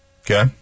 Okay